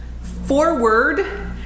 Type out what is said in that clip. forward